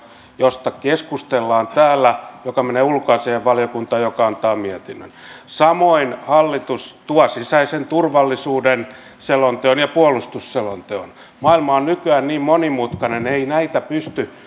josta keskustellaan täällä joka menee ulkoasiainvaliokuntaan joka antaa mietinnön samoin hallitus tuo sisäisen turvallisuuden selonteon ja puolustusselonteon maailma on nykyään niin monimutkainen ei näitä pysty